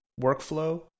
workflow